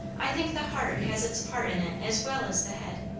i think the heart has its part in it as well as the head,